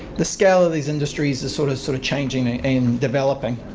the scale of these industries is sort of sort of changing and developing.